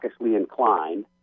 inclined